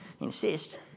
insist